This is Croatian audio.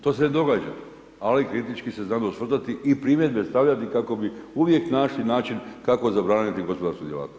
To se ne događa ali kritički se znamo osvrtati i primjedbe stavljati kako bi uvijek našli način kako zabraniti gospodarsku djelatnost.